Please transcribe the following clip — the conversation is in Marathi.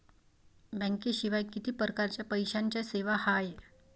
बँकेशिवाय किती परकारच्या पैशांच्या सेवा हाय?